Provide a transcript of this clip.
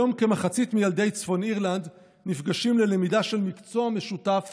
היום כמחצית מילדי צפון אירלנד נפגשים ללמידה של מקצוע משותף